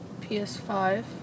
PS5